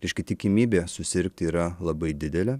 reiškia tikimybė susirgti yra labai didelė